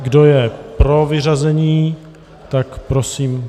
Kdo je pro vyřazení, tak prosím...